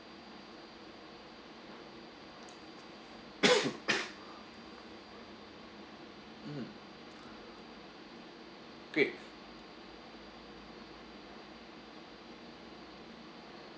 mm great